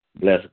Bless